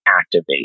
activate